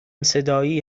صدایی